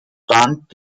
stand